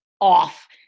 off